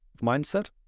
mindset